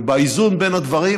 ובאיזון בין הדברים,